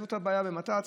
זאת הבעיה במת"צ.